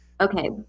okay